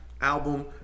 Album